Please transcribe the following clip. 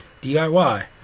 DIY